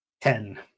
Ten